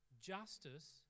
justice